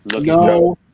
No